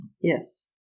Yes